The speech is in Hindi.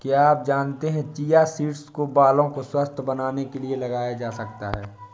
क्या आप जानते है चिया सीड्स को बालों को स्वस्थ्य बनाने के लिए लगाया जा सकता है?